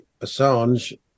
Assange